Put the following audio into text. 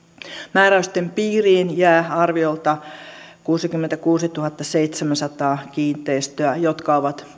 määräysten piiriin jää arviolta kuusikymmentäkuusituhattaseitsemänsataa kiinteistöä jotka ovat